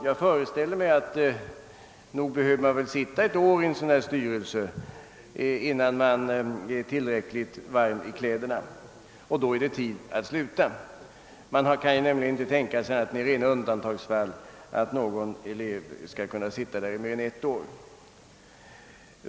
Jag föreställer mig att man nog bör sitta ett år i en sådan styrelse, innan man blivit tillräckligt varm i kläderna, och då är det tid att sluta. Man kan nämligen inte tänka sig utom i rena undantagsfall att någon elev kan sitta mer än ett år.